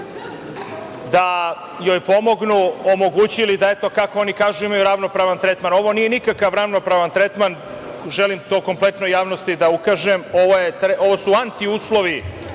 da joj pomognu omogućili da, kako oni kažu, imaju ravnopravan tretman. Ovo nije nikakav ravnopravan tretman, želim to kompletnoj javnosti da ukažem, ovo su antiuslovi